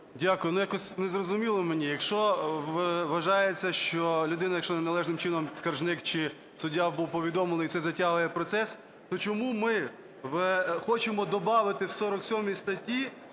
Дякую. Ну, якось не зрозуміло мені. Якщо вважається, що людина, якщо неналежним чином, скаржник чи суддя, був повідомлений і це затягує процес, то чому ми хочемо добавити в 47 статті,